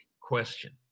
question